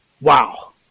Wow